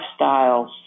lifestyles